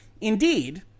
Indeed